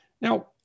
Now